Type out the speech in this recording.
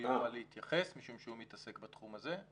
יוכל להתייחס משום שהוא מתעסק בתחום הזה.